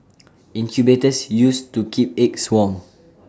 incubators used to keep eggs warm